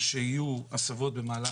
גם מסיבות סביבתיות.